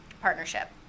partnership